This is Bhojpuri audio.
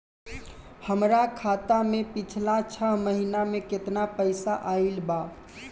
हमरा खाता मे पिछला छह महीना मे केतना पैसा आईल बा?